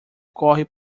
corre